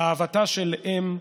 אהבתה של אם,